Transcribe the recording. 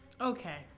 Okay